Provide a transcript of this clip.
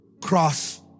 cross